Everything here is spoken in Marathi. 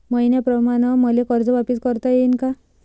मईन्याप्रमाणं मले कर्ज वापिस करता येईन का?